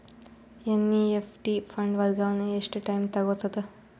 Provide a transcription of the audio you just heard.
NEFT fund ವರ್ಗಾವಣೆ ಎಷ್ಟ time ತೋಗೊತದ?